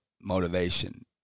motivation